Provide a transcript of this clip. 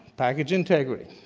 package integrity.